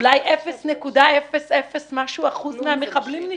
אולי אפס נקודה אפס אפס משהו אחוז מהמחבלים.